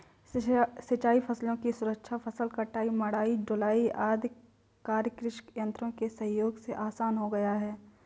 सिंचाई फसलों की सुरक्षा, फसल कटाई, मढ़ाई, ढुलाई आदि कार्य कृषि यन्त्रों के सहयोग से आसान हो गया है